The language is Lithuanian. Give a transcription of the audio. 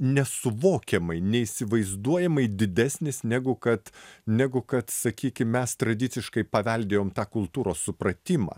nesuvokiamai neįsivaizduojamai didesnis negu kad negu kad sakykim mes tradiciškai paveldėjom tą kultūros supratimą